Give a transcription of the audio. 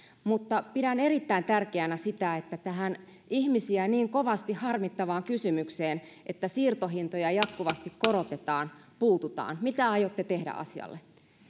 mutta pidän erittäin tärkeänä sitä että tähän ihmisiä niin kovasti harmittavaan kysymykseen että siirtohintoja jatkuvasti korotetaan puututaan mitä aiotte tehdä asialle